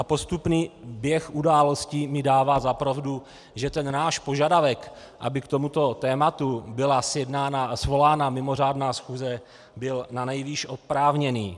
Postupný běh událostí mi dává za pravdu, že ten náš požadavek, aby k tomuto tématu byla svolána mimořádná schůze, byl nanejvýš oprávněný.